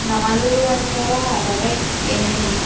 నాలుగు వందల అరవై ఎనిమిది